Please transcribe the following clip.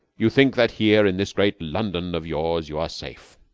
you think that here, in this great london of yours, you are safe.